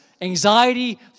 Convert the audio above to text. anxiety